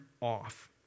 off